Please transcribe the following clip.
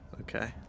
Okay